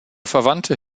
verwandte